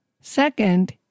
Second